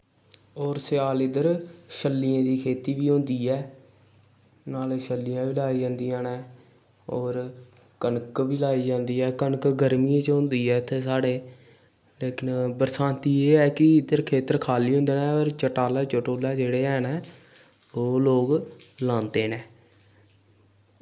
होर सेआल इद्धर छल्लियें दी खेती बी होंदी ऐ नाल सर्दियां बी डार जंदियां न होर कनक बी लाई जंदी ऐ होर कनक गर्मियें च बी होंदी ऐ साढ़े इद्धर बरसांती एह् ऐ कि खेत्तर खाल्ली होंदे न होर चटालै जेह्ड़े हैन ओह् लोग लांदे न